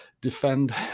defend